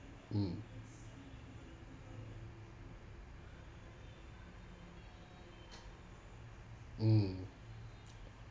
mm mm